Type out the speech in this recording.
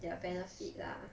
their benefit lah